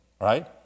right